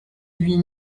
huit